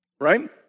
right